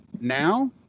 Now